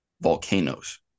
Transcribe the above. volcanoes